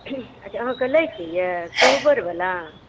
अच्छा आहाँकेँ लै केँ यऽ कोबर बला